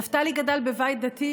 נפתלי גדל בבית דתי,